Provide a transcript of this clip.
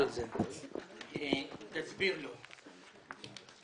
ברגע שאני קיבלתי אמון מחברי הוועדה,